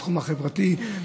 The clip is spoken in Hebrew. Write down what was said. בתחום החברתי,